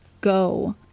go